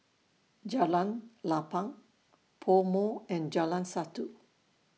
Jalan Lapang Pomo and Jalan Satu